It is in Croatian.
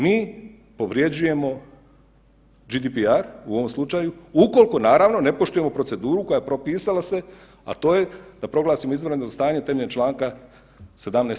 Mi povrjeđujemo GDPR u ovom slučaju ukoliko naravno ne poštujemo proceduru koja se propisala, a to je da proglasimo izvanredno stanje temeljem čl. 17.